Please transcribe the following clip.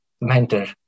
mentor